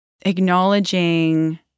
acknowledging